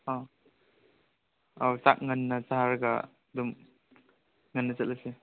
ꯑꯧ ꯑꯧ ꯆꯥꯛ ꯉꯟꯅ ꯆꯥꯔꯒ ꯑꯗꯨꯝ ꯉꯟꯅ ꯆꯠꯂꯁꯦ